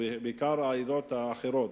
בעיקר העדות האחרות,